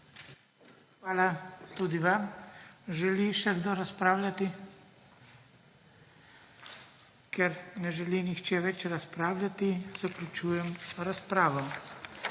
Hvala tudi vam. Želi še kdo razpravljati? (Ne.) Ker ne želi nihče več razpravljati, zaključujem razpravo.